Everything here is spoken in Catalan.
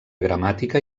gramàtica